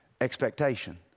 Expectation